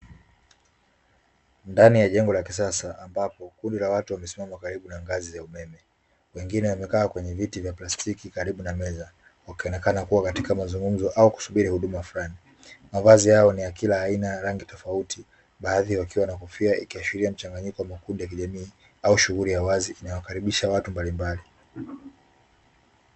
Ndani ya jengo la kisasa ambapo kundi la watu wa kawaida wakiwa wamekaa kwenye viti vya plastiki karibu na meza wanaonekana kuwa katika mazungumzo au kusubiri huduma fulani, mavazi yao ni ya kila aina ya rangi tofauti baadhi wakiwa wanahofia ikiashiria mchanganyiko makubwa ya kijamii au shughuli ya wazi unawakaribisha watu mbali mbali.